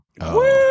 Woo